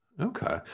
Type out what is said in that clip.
Okay